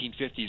1950s